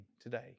today